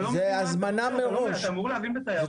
אתה אמור להבין בתיירות.